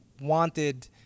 wanted